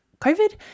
COVID